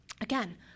Again